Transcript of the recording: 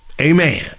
amen